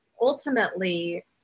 ultimately